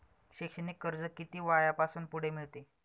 शैक्षणिक कर्ज किती वयापासून पुढे मिळते?